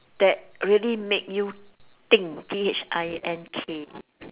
that really make you think T H I N K